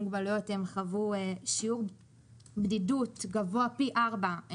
מוגבלויות חוו שיעור בדידות גבוה פי ארבעה